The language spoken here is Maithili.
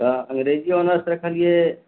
तऽ अंग्रेजी ऑनर्स रखलियैए